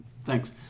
Thanks